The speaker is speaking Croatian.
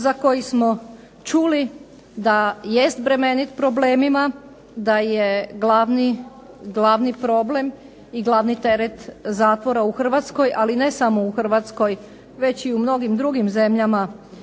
za koji smo čuli da jest bremenit problemima, da je glavni problem i glavni teret zatvora u Hrvatskoj. Ali i ne samo u Hrvatskoj već i u mnogim drugim zemljama